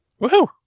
Woohoo